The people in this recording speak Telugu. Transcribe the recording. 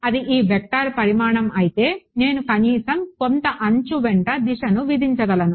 కాబట్టి అది ఈ వెక్టార్ పరిమాణం అయితే నేను కనీసం కొంత అంచు వెంట దిశను విధించగలను